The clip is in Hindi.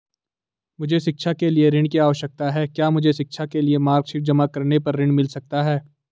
मुझे शिक्षा के लिए ऋण की आवश्यकता है क्या मुझे शिक्षा के लिए मार्कशीट जमा करने पर ऋण मिल सकता है?